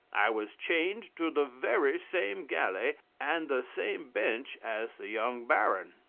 i was chained to the very same galley and the same bench as the young baron.